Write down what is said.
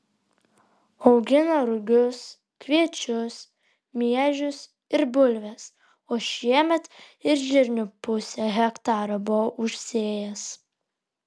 augina rugius kviečius miežius ir bulves o šiemet ir žirnių pusę hektaro buvo užsėjęs